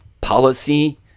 policy